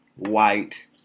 white